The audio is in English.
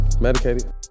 medicated